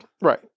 Right